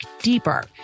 deeper